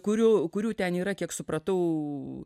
kurių kurių ten yra kiek supratau